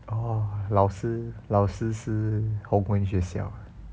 oh 老师老师是宏文学校啊